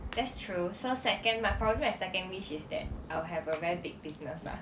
that's true so second but probably my second wish is that I'll have a very big business ah